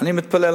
אני מתפלא,